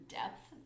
depth